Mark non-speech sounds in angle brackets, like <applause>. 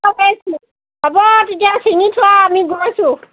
<unintelligible> হ'ব তেতিয়া চিঙি থোৱা আমি গৈছোঁ